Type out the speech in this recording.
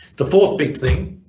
the fourth big thing